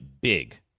big